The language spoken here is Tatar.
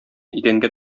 идәнгә